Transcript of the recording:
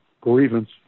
grievance